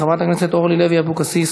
חברת הכנסת אורלי לוי אבקסיס,